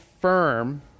firm